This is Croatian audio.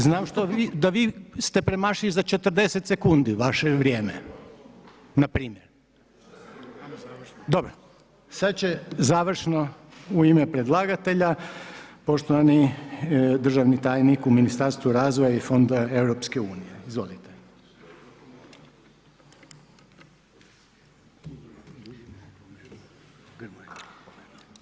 Znam da vi ste premašili za 40 sekundi vaše vrijeme npr. Dobro, sad će završno u ime predlagatelja poštovani državni tajnik u Ministarstvu razvoja i fondova EU-a.